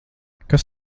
kas